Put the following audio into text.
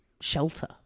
shelter